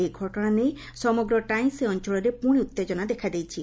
ଏହି ଘଟଣା ନେଇ ସମଗ୍ର ଟାଇଂସି ଅଞ୍ଞଳରେ ପୁଶି ଉତ୍ତଜନା ଦେଖାଦେଇଛି